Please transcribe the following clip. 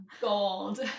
gold